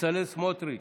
בצלאל סמוטריץ'